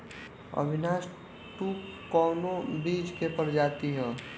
Avinash two कवने बीज क प्रजाति ह?